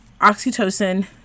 Oxytocin